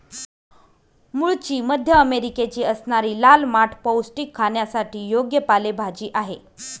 मूळची मध्य अमेरिकेची असणारी लाल माठ पौष्टिक, खाण्यासाठी योग्य पालेभाजी आहे